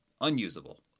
unusable